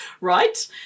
right